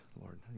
Lord